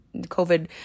COVID